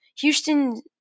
Houston